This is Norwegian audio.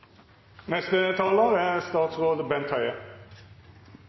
Neste talar er